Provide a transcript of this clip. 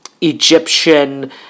Egyptian